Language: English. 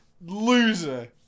Loser